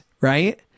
Right